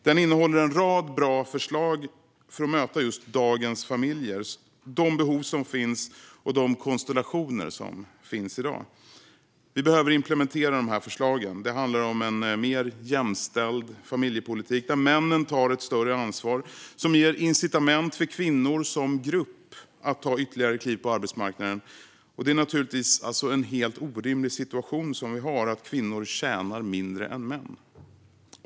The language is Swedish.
Den innehåller en rad bra förslag för att möta just dagens familjer med de behov och de konstellationer som finns i dag. Vi behöver implementera de förslagen. Det handlar om en mer jämställd familjepolitik där männen tar ett större ansvar och där det ges incitament för kvinnor som grupp att ta ytterligare kliv på arbetsmarknaden. Det är naturligtvis en helt orimlig situation att kvinnor tjänar mindre än män.